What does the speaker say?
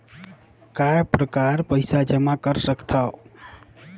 काय प्रकार पईसा जमा कर सकथव?